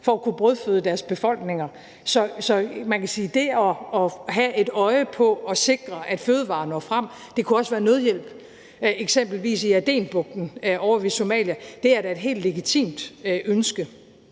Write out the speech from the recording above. for at kunne brødføde deres befolkninger. Så man kan sige, at det at have et øje på at sikre, at fødevarer når frem – det kunne også være nødhjælp, eksempelvis i Adenbugten ovre ved Somalia – er da et helt legitimt ønske